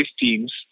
teams